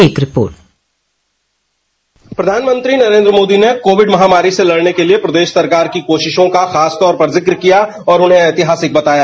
एक रिपोर्ट प्रधानमंत्री नरेन्द्र मोदी ने कोविड महामारी से लड़ने के लिए प्रदेश सरकार की कोशिशों का खासतौर पर जिक्र किया और उन्हें ऐतिहासिक बताया